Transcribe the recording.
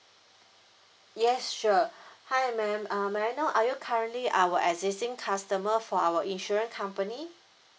yes sure hi madam um may I know are you currently our existing customer for our insurance company